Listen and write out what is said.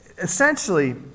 Essentially